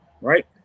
right